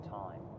time